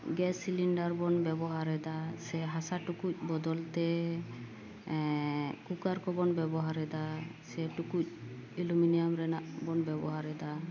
gas cylinder ᱵᱚᱱ ᱵᱮᱵᱚᱦᱟᱨ ᱮᱫᱟ ᱥᱮ ᱦᱟᱥᱟ ᱴᱩᱠᱩᱡ ᱵᱚᱫᱚᱞ ᱛᱮ ᱠᱩᱠᱟᱨ ᱠᱚᱵᱚᱱ ᱵᱮᱵᱚᱦᱟᱨ ᱮᱫᱟ ᱥᱮ ᱴᱩᱠᱩᱡ ᱮᱞᱳᱢᱤᱱᱤᱭᱟᱢ ᱨᱮᱱᱟᱜ ᱵᱚᱱ ᱵᱮᱵᱚᱦᱟᱨ ᱮᱫᱟ